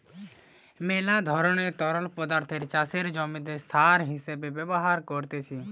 মেলা ধরণের তরল পদার্থকে চাষের জমিতে সার হিসেবে ব্যবহার করতিছে